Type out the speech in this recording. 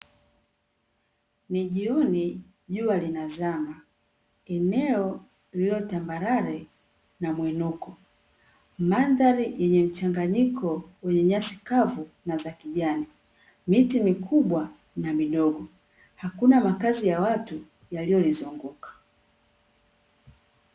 Ni jioni, jua linazama, eneo lililo tambarare na mwinuko, mandhari yenye mchanganyiko wa unyasi kavu na za kijani. Miti mikubwa na midogo, hakuna makazi ya watu yaliyoyizunguka.